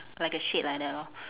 like a shade like that lor